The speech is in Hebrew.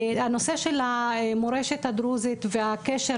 הנושא של המורשת הדרוזית והקשר,